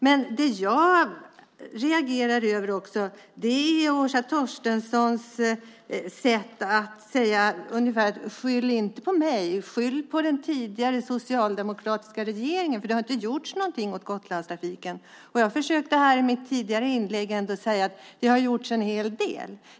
Det jag också reagerar över är Åsa Torstenssons sätt att försöka skylla på den tidigare socialdemokratiska regeringen för att det inte har gjorts något åt Gotlandstrafiken. Jag försökte i mitt tidigare inlägg säga att det ändå har gjorts en hel del.